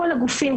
כל הגופים,